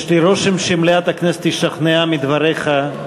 יש לי רושם שמליאת הכנסת השתכנעה מדבריך,